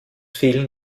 fehlen